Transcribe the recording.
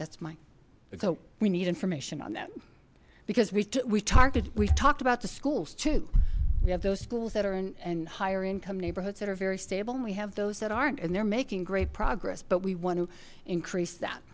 that's my so we need information on that because we targeted we've talked about the schools too we have those schools that are in higher income neighborhoods that are very stable and we have those that aren't and they're making great progress but we want to increase that